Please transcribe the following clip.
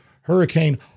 Hurricane